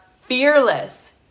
fearless